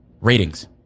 Ratings